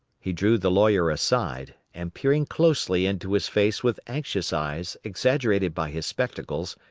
he drew the lawyer aside, and, peering closely into his face with anxious eyes exaggerated by his spectacles,